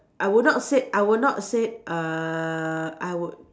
I would not say I would not say uh I would